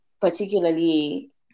particularly